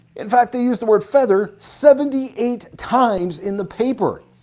in fact they used the word feather seventy eight times in the paper!